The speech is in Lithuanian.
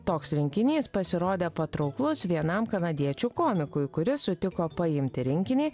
toks rinkinys pasirodė patrauklus vienam kanadiečių komikui kuris sutiko paimti rinkinį